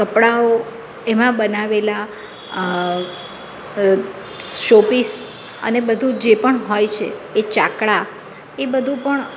કપડાઓ એમાં બનાવેલા શો પીસ અને બધું જ જે પણ હોય છે એ ચાકળા એ બધું પણ